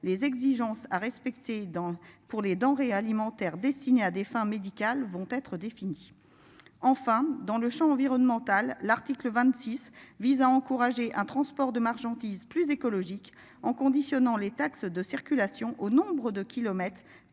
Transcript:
les exigences à respecter dans pour les denrées alimentaires destinées à des fins médicales vont être définies. Enfin dans le champ environnementale. L'article 26 vise à encourager un transport de marchandises plus écologique en conditionnant les taxes de circulation au nombre de kilomètres